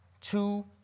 two